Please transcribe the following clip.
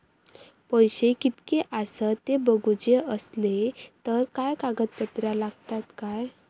पैशे कीतके आसत ते बघुचे असले तर काय कागद पत्रा लागतात काय?